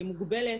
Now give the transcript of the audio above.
שהיא מוגבלת,